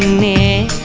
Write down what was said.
me